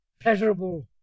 pleasurable